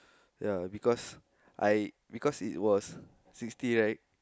ya because I because it was sixty right